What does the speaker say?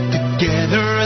Together